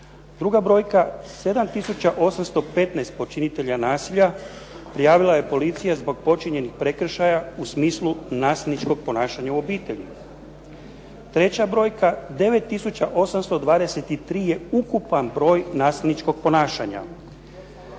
Druga brojka 7 tisuća 815 počinitelja nasilja prijavila je policija zbog počinjenih prekršaja u smislu nasilničkog ponašanja u obitelji. Treća brojka 9 tisuća 823 je ukupan broj nasilničkog ponašanja.